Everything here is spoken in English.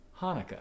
Hanukkah